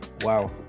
Wow